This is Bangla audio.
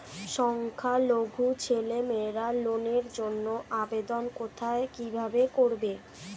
সংখ্যালঘু ছেলেমেয়েরা লোনের জন্য আবেদন কোথায় কিভাবে করবে?